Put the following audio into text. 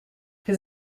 his